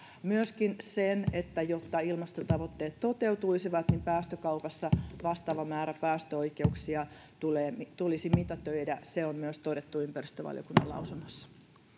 myöskin se että jotta ilmastotavoitteet toteutuisivat päästökaupassa vastaava määrä päästöoikeuksia tulisi mitätöidä on todettu ympäristövaliokunnan lausunnossa